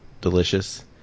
delicious